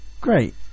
Great